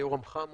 יורם חמו